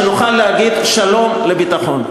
שנוכל להגיד שלום לביטחון.